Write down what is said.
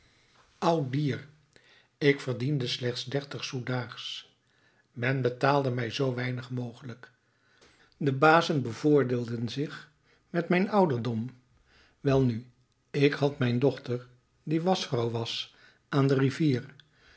oud dier ik verdiende slechts dertig sous daags men betaalde mij zoo weinig mogelijk de bazen bevoordeelden zich met mijn ouderdom welnu ik had mijn dochter die waschvrouw was aan de rivier